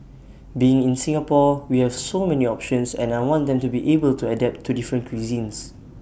being in Singapore we have so many options and I want them to be able to adapt to different cuisines